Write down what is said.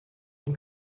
این